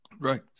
Right